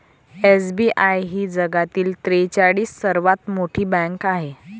SBI ही जगातील त्रेचाळीस सर्वात मोठी बँक आहे